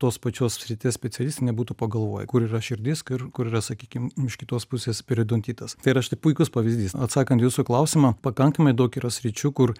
tos pačios srities specialistai nebūtų pagalvoję kur yra širdis kur kur yra sakykim iš kitos pusės periodontitas tai yra štai puikus pavyzdys atsakant į jūsų klausimą pakankamai daug yra sričių kur